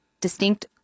distinct